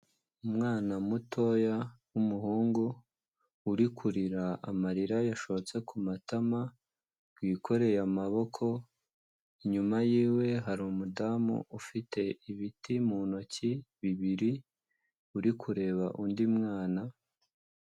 Umwana mutoya w'umuhungu uri kurira amarira yashotse ku matama, wikoreye amaboko, inyuma yiwe hari umudamu ufite ibiti mu ntoki bibiri, uri kureba undi mwana.